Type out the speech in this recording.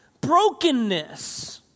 brokenness